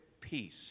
peace